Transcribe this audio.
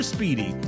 Speedy